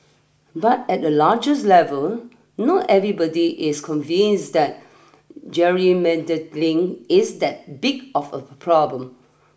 but at a largest level not everybody is convinced that gerrymandering is that big of a problem